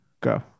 go